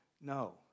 No